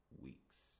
weeks